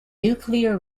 nuclear